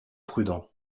prudent